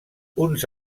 uns